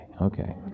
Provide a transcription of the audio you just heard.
Okay